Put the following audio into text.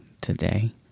today